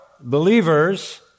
believers